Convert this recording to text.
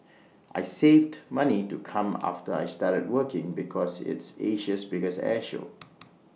I saved money to come after I started working because it's Asia's biggest air show